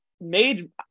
made